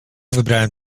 wybrałem